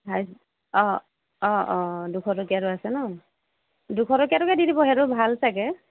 highest অঁ অঁ অঁ দুশ টকীয়াতো আছে ন দুশ টকীয়াটোকে দি দিব সেইটো ভাল চাগে